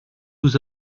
nous